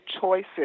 choices